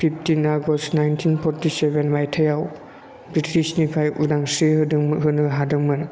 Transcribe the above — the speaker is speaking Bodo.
फिफथिन आगष्ट नाइनटिन परथिसेभेन माइथायाव बृटिसनिफ्राय उदांसि होदोंमोन होनो हादोंमोन